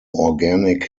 organic